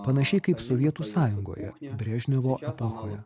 panašiai kaip sovietų sąjungoje brežnevo epochoje